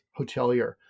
Hotelier